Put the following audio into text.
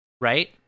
Right